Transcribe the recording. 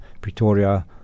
Pretoria